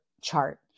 chart